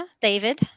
David